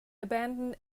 abandoned